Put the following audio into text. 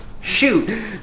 Shoot